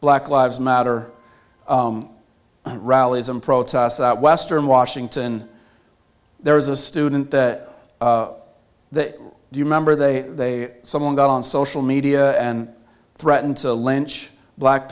black lives matter and rallies and protests in western washington there was a student that do you remember they someone got on social media and threatened to lynch black